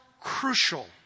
crucial